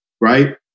right